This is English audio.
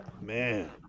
Man